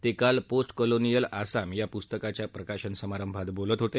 ते काल post colonial Assam या पुस्तकाच्या प्रकाशन समारप्तित बोलत होते